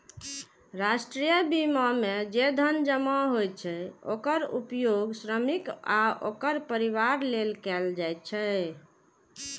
राष्ट्रीय बीमा मे जे धन जमा होइ छै, ओकर उपयोग श्रमिक आ ओकर परिवार लेल कैल जाइ छै